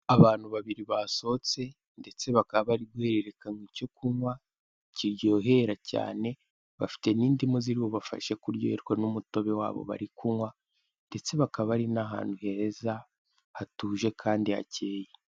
Abantu babiri basohotse ndetse bakaba bari guhererekanywa icyo kunywa kiryohera cyane. Bafite n'indimu ziri bubafashe kuryoherwa n'umutobe wabo bari kunywa. Ndetse bakaba bari n'ahantu heza, hatuje kandi hacyeye.